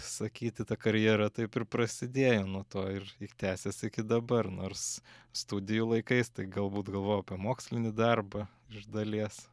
sakyti ta karjera taip ir prasidėjo nuo to ir tęsias iki dabar nors studijų laikais tai galbūt galvojau apie mokslinį darbą iš dalies